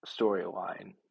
storyline